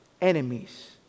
enemies